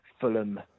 Fulham